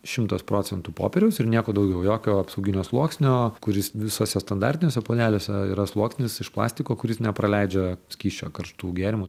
šimtas procentų popieriaus ir nieko daugiau jokio apsauginio sluoksnio kuris visose standartiniuose puodeliuose yra sluoksnis iš plastiko kuris nepraleidžia skysčio karštų gėrimų